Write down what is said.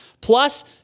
Plus